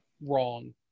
wrong